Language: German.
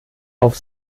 auf